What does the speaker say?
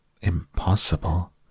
Impossible